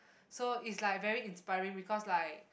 so it's like very inspiring because like